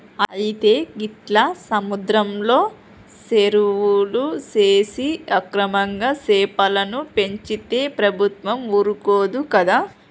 అయితే గీట్ల సముద్రంలో సెరువులు సేసి అక్రమంగా సెపలను పెంచితే ప్రభుత్వం ఊరుకోదు కదా